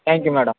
thank you madam